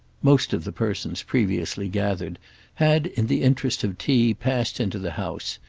most of the persons previously gathered had, in the interest of tea, passed into the house,